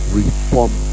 reform